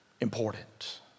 important